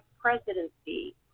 presidency